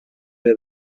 hear